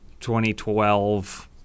2012